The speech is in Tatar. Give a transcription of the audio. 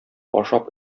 ашап